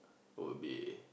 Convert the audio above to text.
would be